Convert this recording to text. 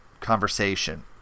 conversation